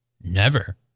Never